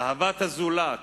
אהבת הזולת